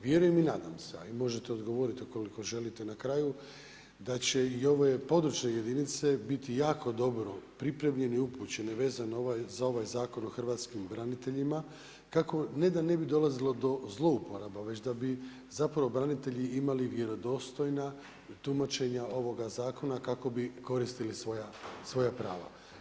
Vjerujem i nadam se, a i možete odgovoriti ukoliko želite na kraju da će i ove područne jedinice biti jako dobro pripremljene i upućene vezano za ovaj Zakon o hrvatskim braniteljima kako ne da ne bi dolazilo do zlouporaba već da bi branitelji imali vjerodostojna tumačenja ovoga zakona kako bi koristili svoja prava.